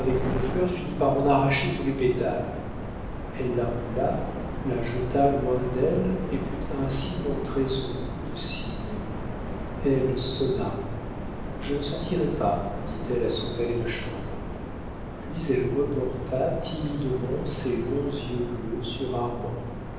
une fleur finit par en arracher tous les pétales elle la roula la jeta loin d'elle et put ainsi montrer son cou de cygne elle sonna je ne sortirai pas dit-elle à son valet de chambre puis elle reporta timidement ses longs yeux bleus sur